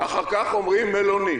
אחר כך אומרים מלונית.